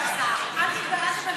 אלעזר,